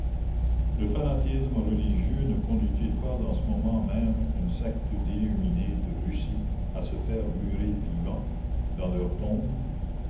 le fanatisme religieux ne conduit il pas en ce moment même une secte d'illuminés de russie à se faire murer vivants dans leurs tombes